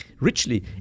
richly